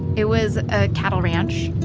it was a cattle ranch,